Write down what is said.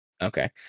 Okay